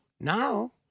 now